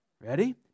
Ready